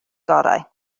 gorau